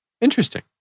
Interesting